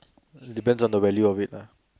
depends on the value of it lah